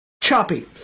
choppy